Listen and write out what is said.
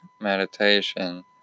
meditation